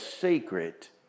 secret